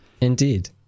indeed